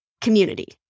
community